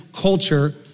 culture